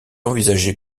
envisagé